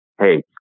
hey